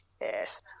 yes